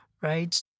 right